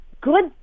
good